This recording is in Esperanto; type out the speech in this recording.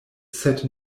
sed